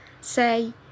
say